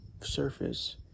surface